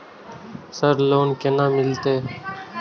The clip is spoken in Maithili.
सर लोन केना मिलते?